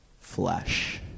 flesh